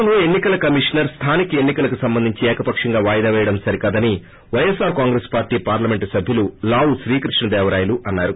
రాష్టంలో ఎన్ని కల కమిషనర్ స్లానిక ఎన్ని కలకు సంబంధించి ఏకపక్షంగా వాయిదా పేయడం సరికాదని పై ఎస్పార్ కాంగ్రెస్ పార్టీ పార్లమెంట్ సబ్యుడు లావు శ్రీకృష్ణదేవారాయలు అన్నారు